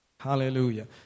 Hallelujah